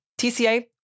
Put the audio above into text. TCA